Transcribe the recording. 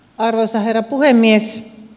arvoisa herra puhemies